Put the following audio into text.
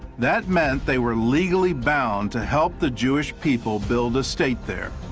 that meant they were legally bound to help the jewish people build a state there.